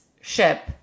ship